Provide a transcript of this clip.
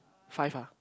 five ah